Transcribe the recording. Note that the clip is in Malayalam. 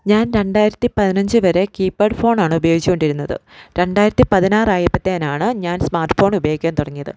ഞാൻ രണ്ടായിരത്തി പതിനഞ്ച് വരെ കീപാഡ് ഫോണാണ് ഉപയോഗിച്ച് കൊണ്ടിരുന്നത് രണ്ടായിരത്തി പതിനാറ് ആയപ്പോത്തേനാണ് ഞാൻ സ്മാർട്ട് ഫോൺ ഉപയോഗിക്കാൻ തുടങ്ങിയത്